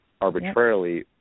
arbitrarily